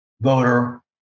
voter